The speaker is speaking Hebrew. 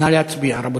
נא להצביע, רבותי.